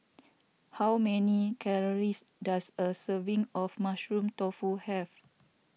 how many calories does a serving of Mushroom Tofu have